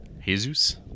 Jesus